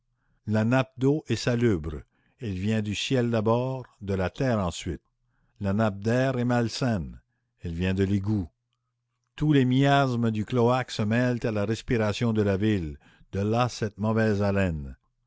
la nappe d'eau est salubre elle vient du ciel d'abord de la terre ensuite la nappe d'air est malsaine elle vient de l'égout tous les miasmes du cloaque se mêlent à la respiration de la ville de là cette mauvaise haleine